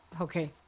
Okay